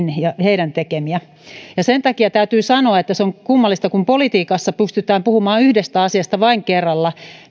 tekemiä sen takia täytyy sanoa että se on kummallista kun politiikassa pystytään puhumaan vain yhdestä asiasta kerrallaan